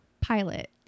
pilot